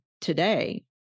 today